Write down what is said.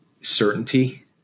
Certainty